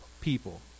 people